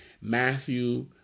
Matthew